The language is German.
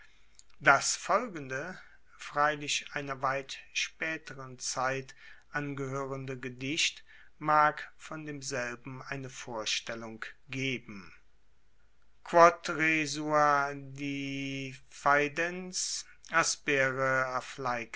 das folgende freilich einer weit spaeteren zeit angehoerende gedicht mag von demselben eine vorstellung geben